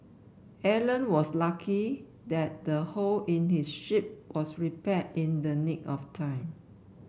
Alan was lucky that the hole in his ship was repaired in the nick of time